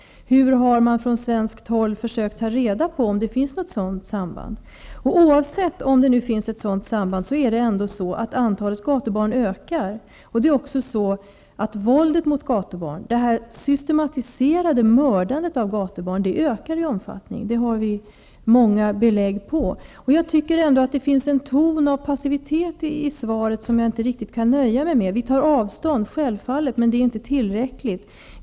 Hur har man från svenskt håll försökt ta reda på om det finns något samband? Oavsett om det finns ett samband eller ej ökar antalet gatubarn. Våldet mot gatubarn -- det systematiserade mördandet av gatubarn -- ökar också i om fattning. Det har vi många belägg för. Jag tycker att det i svaret finns en ton av passivitet, vilken jag inte kan nöja mig med. Vi tar sjävfallet avstånd, men det är inte tillräckligt.